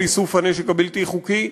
של איסוף הנשק הבלתי-חוקי,